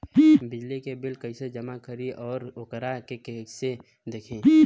बिजली के बिल कइसे जमा करी और वोकरा के कइसे देखी?